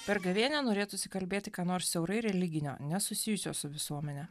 per gavėnią norėtųsi kalbėti kad nors siaurai religinio nesusijusio su visuomene